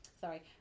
sorry